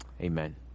amen